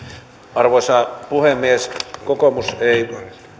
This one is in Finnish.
arvoisa puhemies kokoomus ei